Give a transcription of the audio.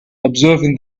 observing